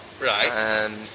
Right